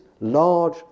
large